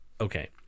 okay